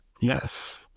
Yes